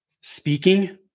speaking